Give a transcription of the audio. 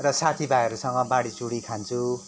र साथी भाइहरूसँग बाँडी चुँडी खान्छु